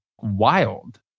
wild